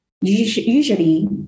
usually